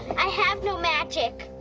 i have no magic.